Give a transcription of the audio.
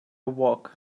work